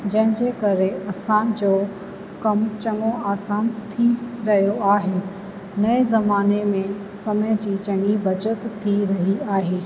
जंहिंजे करे असां जो कमु चङो आसानु थी रहियो आहे नएं ज़माने में समय जी चङी बचति थी रही आहे